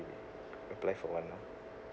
we apply for one now